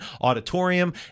auditorium